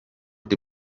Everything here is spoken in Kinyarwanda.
the